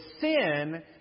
sin